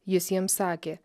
jis jiems sakė